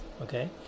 okay